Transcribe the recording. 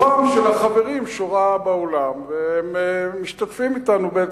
ורוחם של החברים שורה באולם והם בטח משתתפים אתנו.